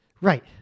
right